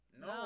No